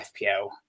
FPL